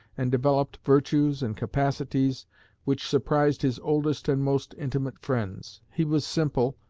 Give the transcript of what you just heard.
and developed virtues and capacities which surprised his oldest and most intimate friends. he was simple,